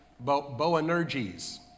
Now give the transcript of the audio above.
Boanerges